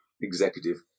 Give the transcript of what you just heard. executive